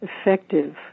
effective